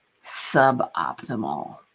suboptimal